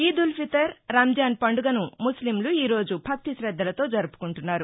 ఈద్ ఉల్ ఫితర్ రంజాన్ పండుగను ముస్లింలు ఈ రోజు భక్తి శద్దలతో జరుపుకుంటున్నారు